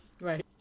Right